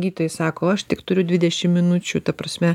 gydytojai sako aš tik turiu dvidešim minučių ta prasme